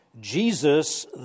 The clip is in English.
Jesus